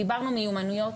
דיברנו מיומנויות,